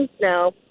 no